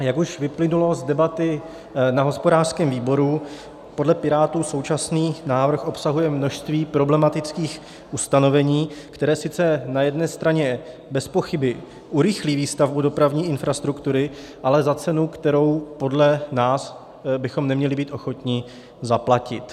Jak už vyplynulo z debaty na hospodářském výboru, podle Pirátů současný návrh obsahuje množství problematických ustanovení, která sice na jedné straně bezpochyby urychlí výstavbu dopravní infrastruktury, ale za cenu, kterou podle nás bychom neměli být ochotni zaplatit.